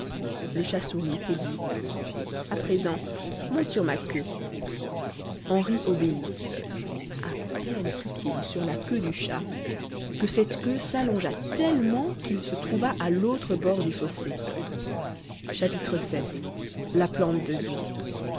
le chat sourit et dit a présent monte sur ma queue henri obéit a peine fut-il sur la queue du chat que cette queue s'allongea tellement qu'il se trouva à l'autre bord du fossé vii la plante de vie